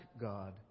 God